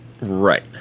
right